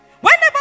whenever